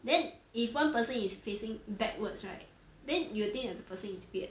then if one person is facing backwards right then you think that person is weird